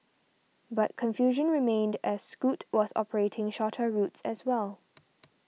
but confusion remained as Scoot was operating shorter routes as well